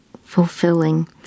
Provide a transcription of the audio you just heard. fulfilling